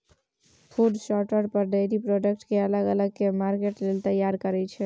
food शार्टर फर, dairy product केँ अलग अलग कए मार्केट लेल तैयार करय छै